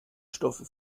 stoffe